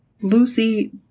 Lucy